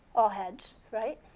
all heads, right?